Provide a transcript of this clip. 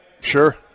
Sure